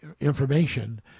information